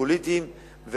פוליטיים,